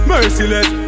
Merciless